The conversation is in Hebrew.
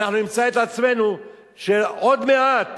שאנחנו נמצא את עצמנו כשעוד מעט